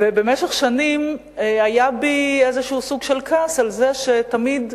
ובמשך שנים היה בי איזשהו סוג של כעס על זה שתמיד נגדנו,